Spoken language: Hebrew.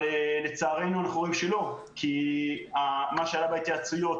אבל לצערנו אנחנו רואים שלא כי מה שהיה בהתייעצויות,